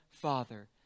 father